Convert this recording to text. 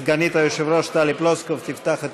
סגנית היושב-ראש טלי פלוסקוב תפתח את